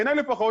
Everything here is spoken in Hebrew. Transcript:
בעיניי לפחות,